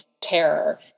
terror